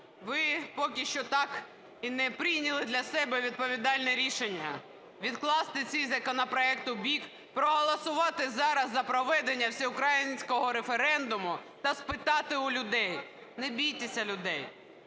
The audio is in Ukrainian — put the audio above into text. ви поки що так і не прийняли для себе відповідальне рішення відкласти ці законопроекти в бік, проголосувати зараз за проведення всеукраїнського референдуму та спитати у людей. Не бійтеся людей.